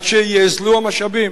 עד שיאזלו המשאבים.